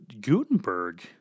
Gutenberg